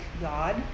God